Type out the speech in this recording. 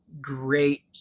great